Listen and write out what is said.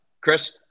Chris